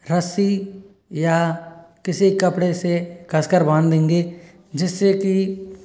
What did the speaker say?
रस्सी या किसी कपड़े से कसकर बांध देंगे जिससे कि